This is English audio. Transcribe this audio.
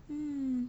mm